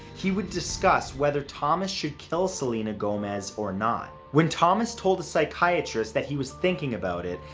he would discuss whether thomas should kill selena gomez or not. when thomas told a psychiatrist that he was thinking about it,